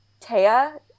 Taya